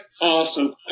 awesome